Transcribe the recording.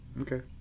Okay